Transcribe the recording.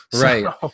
Right